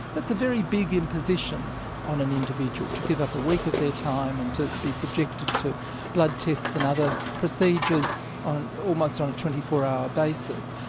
that's a very big imposition on an individual, to give up a week of their time and to be subjected to blood tests and other procedures almost on a twenty four hour basis.